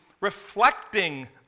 reflecting